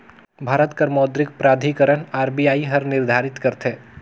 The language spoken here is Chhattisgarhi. भारत कर मौद्रिक प्राधिकरन आर.बी.आई हर निरधारित करथे